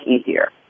easier